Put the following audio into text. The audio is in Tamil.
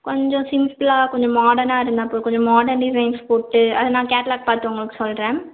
கொஞ்சம் சிம்பிளாக கொஞ்சம் மாடர்னாக இருந்தால் போதும் கொஞ்சம் மாடர்ன் டிசைன்ஸ் போட்டு அது நான் கேட்லாக் பார்த்துட்டு உங்களுக்கு சொல்கிறேன்